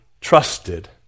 trusted